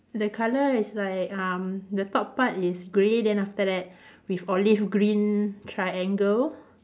the colour is like um the top part is grey then after that with olive green triangle